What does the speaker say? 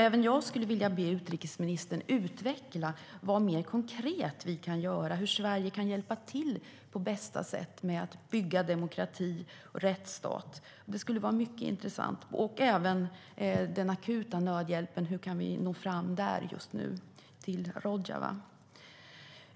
Även jag skulle vilja be utrikesministern utveckla vad mer vi kan göra konkret, hur Sverige kan hjälpa till på bästa sätt med att bygga demokrati och en rättsstat. Det vore mycket intressant att höra. När det gäller den akuta nödhjälpen undrar jag hur vi just nu kan nå fram till Rojava med den.